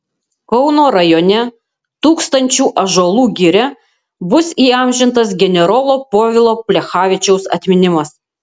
kauno rajone tūkstančių ąžuolų giria bus įamžintas generolo povilo plechavičiaus atminimas